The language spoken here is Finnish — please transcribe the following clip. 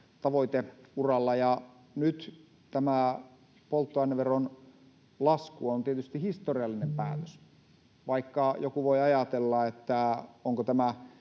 tavoiteuralla. Nyt tämä polttoaineveron lasku on tietysti historiallinen päätös. Vaikka joku voi ajatella, onko tämä